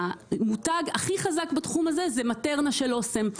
המותג הכי חזק בתחום הזה זה מטרנה של אסם.